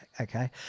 okay